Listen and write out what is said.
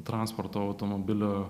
transporto automobilio